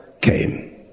came